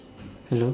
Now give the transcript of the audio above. hello